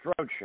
Roadshow